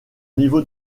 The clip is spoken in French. niveau